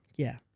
yeah.